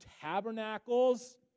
tabernacles